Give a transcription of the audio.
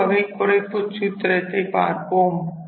அடுத்த வகை குறைப்புச் சூத்திரத்தை பார்ப்போம்